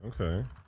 Okay